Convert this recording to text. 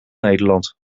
nederland